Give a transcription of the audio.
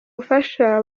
bufasha